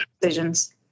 decisions